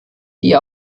die